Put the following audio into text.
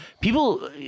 people